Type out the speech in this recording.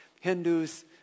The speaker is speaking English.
Hindus